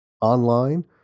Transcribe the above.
online